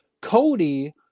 Cody